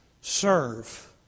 serve